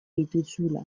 dituzula